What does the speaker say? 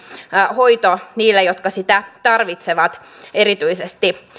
hoito niille jotka sitä tarvitsevat erityisesti